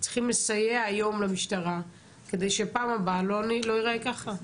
צריכים לסייע היום למשטרה כדי שבפעם הבאה לא יראה ככה.